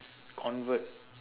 convert